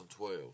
2012